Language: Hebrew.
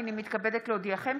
הינני מתכבדת להודיעכם,